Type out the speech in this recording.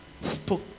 spoke